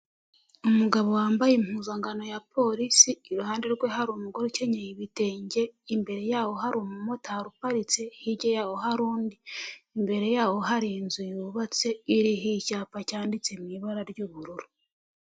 Umugabo wambaye impuzangano ya Polisi, iruhande rwe hari umugore ukenyeye ibitenge, imbere yaho hari umumotari uparitse hirya yaho hari undi, imbere yaho hari inzu yubatse iriho icyapa cyanditse mu ibara ry'ubururu.